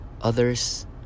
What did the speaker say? others